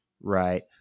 Right